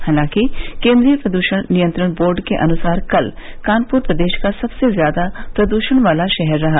हालांकि केन्द्रीय प्रदूषण नियत्रंण बोर्ड के अनुसार कल कानपुर प्रदेश का सबसे ज्यादा प्रदृषण वाला शहर रहा